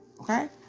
Okay